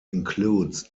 includes